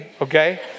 okay